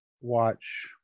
watch